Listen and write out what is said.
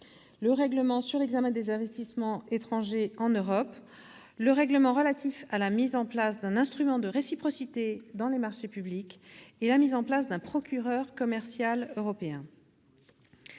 le règlement sur l'examen des investissements étrangers en Europe, le règlement relatif à la mise en place d'un instrument de réciprocité dans les marchés publics et l'instauration d'un « procureur » commercial européen.